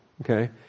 Okay